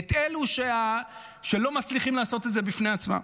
את אלו שלא מצליחים לעשות את זה בעצמם.